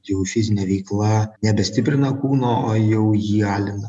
jau fizinė veikla nebestiprina kūno o jau jį alina